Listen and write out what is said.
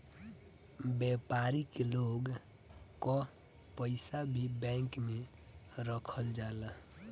व्यापारिक लोग कअ पईसा भी बैंक में रखल जाला